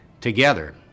together